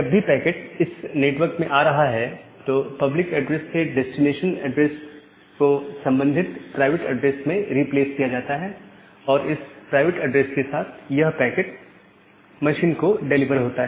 जब भी पैकेट इस नेटवर्क में आ रहा है तो पब्लिक एड्रेस से डेस्टिनेशन ऐड्रेस को संबंधित प्राइवेट एड्रेस में रिप्लेस किया जाता है और इस प्राइवेट एड्रेस के साथ यह पैकेट मशीन मशीन को डिलीवर होता है